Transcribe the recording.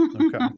Okay